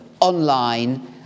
online